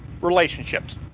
relationships